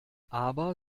aber